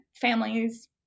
families